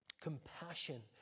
compassion